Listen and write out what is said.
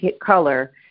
color